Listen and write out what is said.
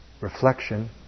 reflection